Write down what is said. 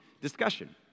discussion